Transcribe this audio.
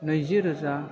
नैजिरोजा